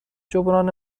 جبران